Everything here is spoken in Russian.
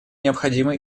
необходимы